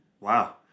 Wow